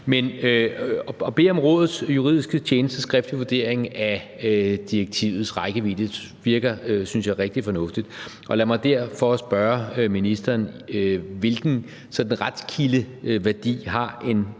At bede om Rådets juridiske tjenestes skriftlige vurdering af direktivets rækkevidde virker, synes jeg, rigtig fornuftigt. Lad mig derfor spørge ministeren, hvilken retskildeværdi en